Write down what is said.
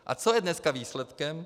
A co je dneska výsledkem?